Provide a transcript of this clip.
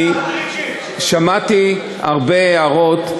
אני שמעתי הרבה הערות.